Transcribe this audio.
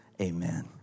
amen